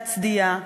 להצדיע,